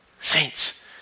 Saints